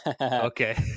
Okay